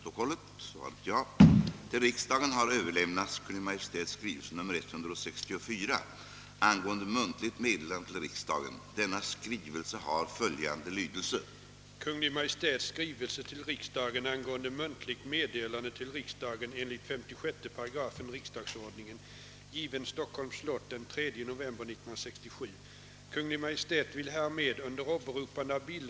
Så krävs det att frågan skall aktualiseras — då säger man nej. Det var väl så, herr civilminister, att i lönedelegationen restes kravet att frågan om dyrortsgraderingen skulle tas upp. Detta krav framfördes bl.a. av centerns representanter i lönedelegationen — det har jag läst i protokollen, som är offentliga.